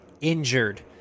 injured